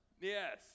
Yes